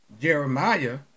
Jeremiah